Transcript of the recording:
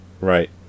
Right